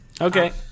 Okay